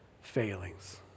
Failings